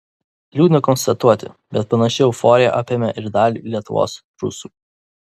liūdna konstatuoti bet panaši euforija apėmė ir dalį lietuvos rusų